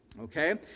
Okay